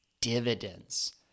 Dividends